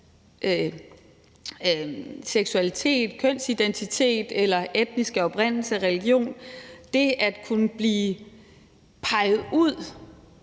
seksualitet, kønsidentitet, etniske oprindelse eller religion. Det at kunne blive peget ud,